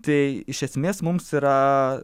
tai iš esmės mums yra